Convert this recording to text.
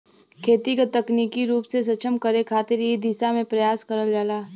खेती क तकनीकी रूप से सक्षम करे खातिर इ दिशा में प्रयास करल जाला